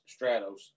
Stratos